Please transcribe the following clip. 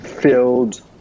filled